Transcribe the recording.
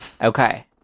Okay